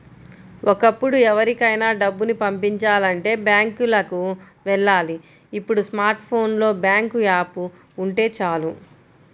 ఒకప్పుడు ఎవరికైనా డబ్బుని పంపిచాలంటే బ్యాంకులకి వెళ్ళాలి ఇప్పుడు స్మార్ట్ ఫోన్ లో బ్యాంకు యాప్ ఉంటే చాలు